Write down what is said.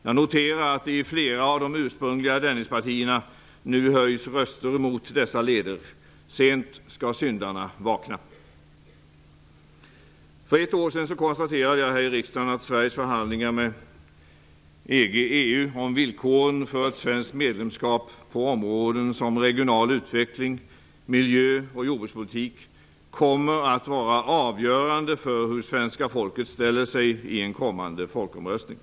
Jag noterar att det i flera av de ursprungliga ''Dennispartierna'' nu höjs röster mot dessa leder -- sent skall syndarna vakna! För ett år sedan konstaterade jag här i kammaren att Sveriges förhandlingar med EG/EU om villkoren för ett svenskt medlemskap på områden såsom regional uteckling samt miljö och jordbrukspolitik kommer att vara avgörande för hur svenska folket ställer sig i en kommande folkomröstning.